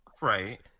right